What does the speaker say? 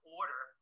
order